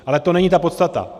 Ale to není ta podstata.